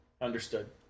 Understood